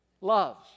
loves